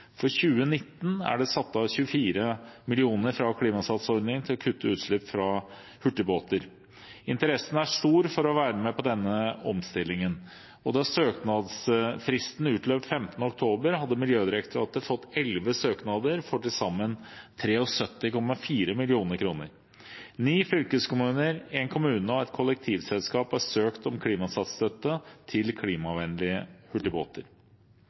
For 2019 er det satt av 24 mill. kr fra Klimasats-ordningen til å kutte utslipp fra hurtigbåter. Interessen er stor for å være med på denne omstillingen. Da søknadsfristen utløp 15. oktober, hadde Miljødirektoratet fått 11 søknader for til sammen 73,4 mill. kr. Ni fylkeskommuner, en kommune og et kollektivselskap har søkt om Klimasats-støtte til klimavennlige hurtigbåter.